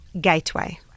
Gateway